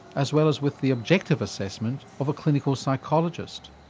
as well as with the objective assessment of a clinical psychologist.